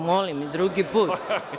Molim i drugi put.